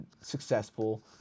successful